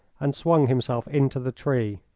and swung himself into the tree.